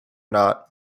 not